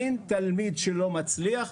אין תלמיד שלא מצליח,